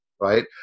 right